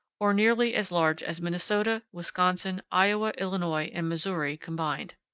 or nearly as large as minnesota, wisconsin, iowa, illinois, and missouri combined.